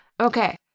Okay